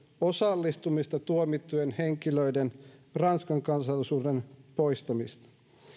osallistumisesta tuomittujen henkilöiden ranskan kansalaisuuden poistamista